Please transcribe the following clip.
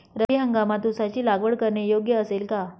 रब्बी हंगामात ऊसाची लागवड करणे योग्य असेल का?